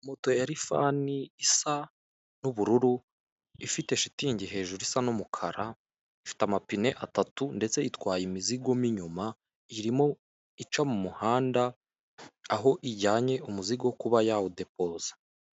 Moto ya rifani isa n'ubururu ifite shitingi hejuru isa n'umukara ifite amapine atatu ndetse itwaye imizigo mo inyuma irimo ica mu muhanda aho ijyanye umuzigo kuba yawu depoza.